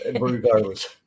regardless